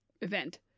event